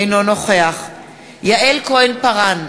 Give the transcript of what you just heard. אינו נוכח יעל כהן פארן,